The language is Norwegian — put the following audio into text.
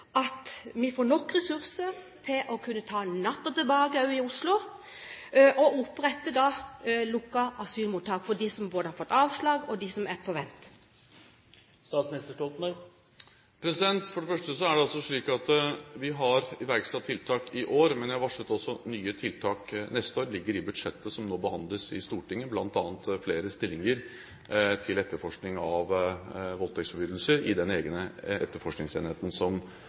at vi får nok ressurser til å kunne ta natten tilbake også i Oslo, og opprette lukkede asylmottak for både dem som har fått avslag, og dem som er på vent? For det første er det slik at vi har iverksatt tiltak i år, men vi har også varslet nye tiltak neste år. Det ligger i budsjettet som nå behandles i Stortinget, bl.a. flere stillinger til etterforskning av voldtektsforbrytelser i den egne etterforskningsenheten